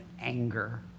anger